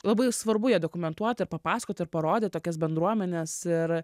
labai svarbu ją dokumentuoti ir papasakot ir parodyt tokias bendruomenes ir